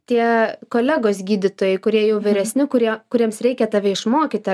tie kolegos gydytojai kurie jau vyresni kurie kuriems reikia tave išmokyti